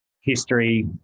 history